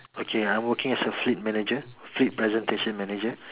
okay I'm okay with a fleet manager fleet presentation manager